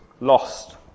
lost